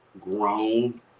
grown